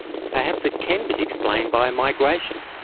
perhaps it can be explained by migration.